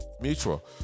mutual